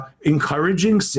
encouraging